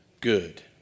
good